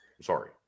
sorry